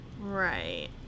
Right